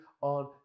on